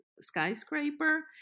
skyscraper